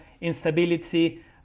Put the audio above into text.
instability